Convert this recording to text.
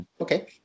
okay